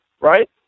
right